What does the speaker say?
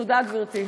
תודה, גברתי.